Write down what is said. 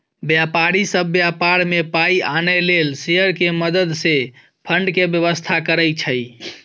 व्यापारी सब व्यापार में पाइ आनय लेल शेयर के मदद से फंड के व्यवस्था करइ छइ